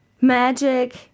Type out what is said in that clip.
magic